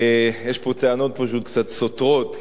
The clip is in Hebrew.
יש פה טענות פשוט קצת סותרות.